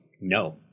no